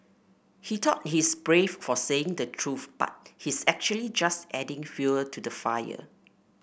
he thought he's brave for saying the truth but he's actually just adding fuel to the fire